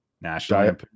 national